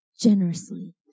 generously